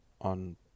on